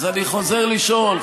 אז אני חוזר לשאול,